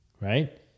right